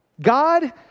God